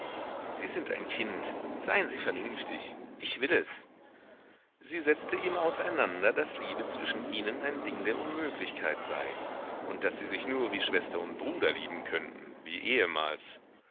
sie sind ein kind seien sie vernünftig ich will es sie setzte ihm auseinander daß liebe zwischen ihnen ein ding der unmöglichkeit sei und daß sie sich nur wie schwester und bruder lieben könnten wie ehemals